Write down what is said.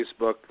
Facebook